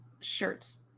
shirts